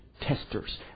testers